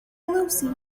lucy